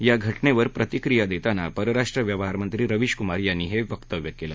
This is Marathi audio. या घटनेवर प्रतिक्रिया देताना परराष्ट्र व्यवहार मंत्री रवीश कुमार यांनी हे वक्तव्य केलं